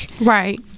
right